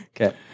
okay